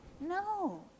No